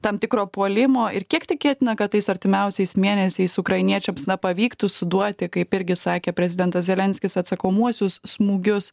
tam tikro puolimo ir kiek tikėtina kad tais artimiausiais mėnesiais ukrainiečiams na pavyktų suduoti kaip irgi sakė prezidentas zelenskis atsakomuosius smūgius